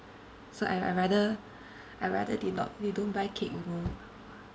so I I rather I rather they not they don't buy cake you know